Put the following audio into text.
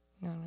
No